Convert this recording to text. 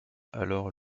alors